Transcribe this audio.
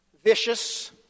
Vicious